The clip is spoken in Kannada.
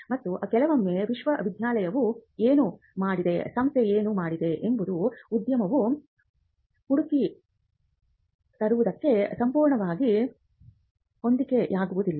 ಮತ್ತು ಕೆಲವೊಮ್ಮೆ ವಿಶ್ವವಿದ್ಯಾಲಯವು ಏನು ಮಾಡಿದೆ ಸಂಸ್ಥೆ ಏನು ಮಾಡಿದೆ ಎಂಬುದು ಉದ್ಯಮವು ಹುಡುಕುತ್ತಿರುವುದಕ್ಕೆ ಸಂಪೂರ್ಣವಾಗಿ ಹೊಂದಿಕೆಯಾಗುವುದಿಲ್ಲ